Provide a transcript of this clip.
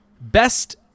best